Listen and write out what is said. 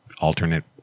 alternate